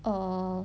err